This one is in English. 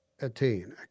attain